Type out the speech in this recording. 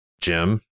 jim